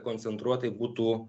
koncentruotai būtų